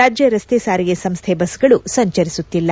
ರಾಜ್ಯ ರಸ್ತೆ ಸಾರಿಗೆ ಸಂಸ್ಠೆ ಬಸ್ಗಳು ಸಂಚರಿಸುತ್ತಿಲ್ಲ